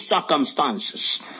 circumstances